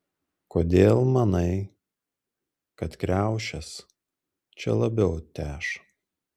kodėl manai kad kriaušės čia labiau teš